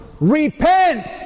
Repent